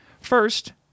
First